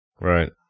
Right